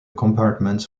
compartments